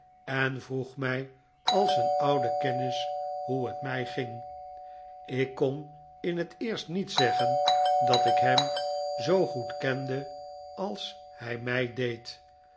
en vroeg mij als een oude kennis hoe het mij ging ik kon in het eerst niet zeggen dat ik hem zoo goed kende als hij mij deed